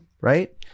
right